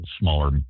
Smaller